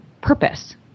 purpose